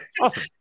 awesome